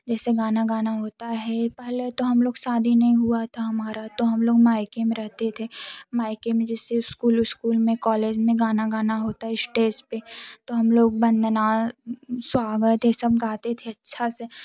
जैसे गाना गाना होता है पहले तो हम लोग शादी नहीं हुआ था हमारा तो हम लोग मायके में रहते थे मायके में जैसे स्कूल उस्कुल में कॉलेज में गाना गाना होता इस्टेज पर तो हम लोग वंदना स्वागत ये सब गाते थे अच्छा से